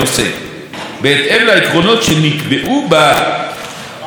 בהתאם לעקרונות שנקבעו ב-PSD,